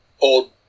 old